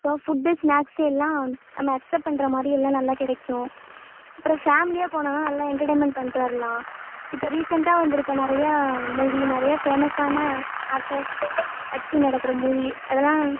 அப்பறம் food snacks எல்லாம் நம்ம அக்செப்ட் பண்ணுற மாதிரி எல்லாம் நல்லா கிடைக்கும் அப்பறம் ஃபேம்லியாக போனோன்னாஆல் நல்லா எண்டர்டெயின்மெண்ட் பண்ணிட்டு வரலாம் இப்போ ரீசெண்ட்டாக வந்துருக்கற நிறையா மூவி நிறையா ஃபேமஸ்ஸான ஆக்ட்ரெஸ் வச்சு நடக்கிற மூவி அதெல்லாம்